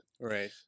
Right